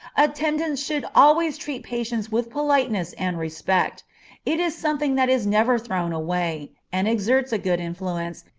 attendants should always treat patients with politeness and respect it is something that is never thrown away, and exerts a good influence,